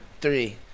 three